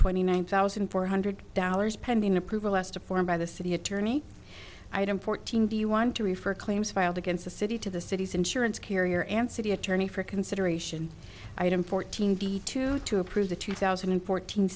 twenty one thousand four hundred dollars pending approval as to form by the city attorney item fourteen do you want to refer claims filed against the city to the city's insurance carrier and city attorney for consideration item fourteen v two to approve the two thousand and fourteen